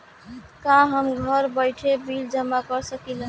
का हम घर बइठे बिल जमा कर शकिला?